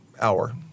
hour